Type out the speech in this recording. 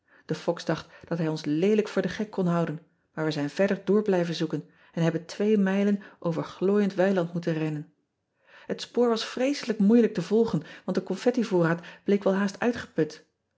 e foks dacht dat hij ons leelijk voor den gek kon houden maar we zijn verder door blijven zoeken en hebben twee mijlen over glooiend weiland moeten rennen et spoor was vreeselijk moeilijk te volgen want de confettivoorraad bleek wel haast uitgeput